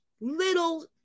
little